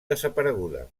desapareguda